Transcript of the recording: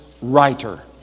writer